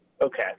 Okay